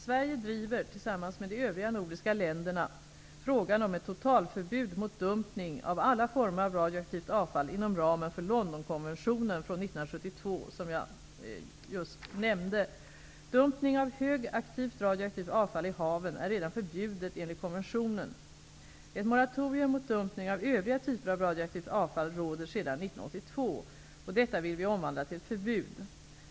Sverige driver, tillsammans med de övriga nordiska länderna, frågan om ett totalförbud mot dumpning av alla former av radioaktivt avfall inom ramen för Londonkonventionen från 1972, som jag just nämnde. Dumpning av högaktivt radioaktivt avfall i haven är redan förbjudet enligt konventionen. Ett moratorium mot dumpning av övriga typer av radioaktivt avfall råder sedan 1982. Detta vill vi omvandla till ett förbud.